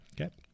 Okay